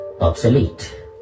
obsolete